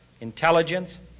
intelligence